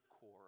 core